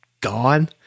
gone